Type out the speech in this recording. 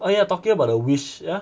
oh ya talking about the wish yeah